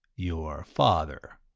your father.